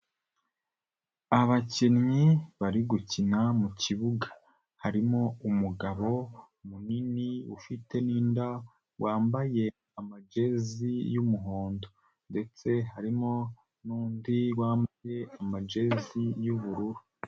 Abakinnyi bari gukina mu kibuga harimo umugabo munini ufite n'inda wambaye amajezi y'umuhondo ndetse harimo n'undi wambaye amajezi y'ubururu.